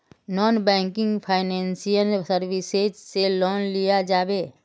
Non banking financial services से loan लिया जाबे?